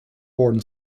horn